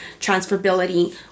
transferability